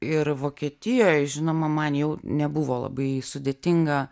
ir vokietijoj žinoma man jau nebuvo labai sudėtinga